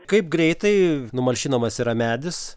kaip greitai numalšinamas yra medis